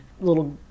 little